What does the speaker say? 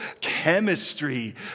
chemistry